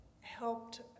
helped